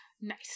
nice